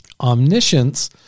Omniscience